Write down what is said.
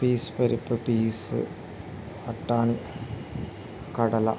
piece പരിപ്പ് peas അട്ടാണി കടല